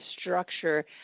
structure